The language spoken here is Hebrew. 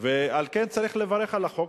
ועל כן צריך לברך, על החוק.